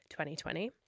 2020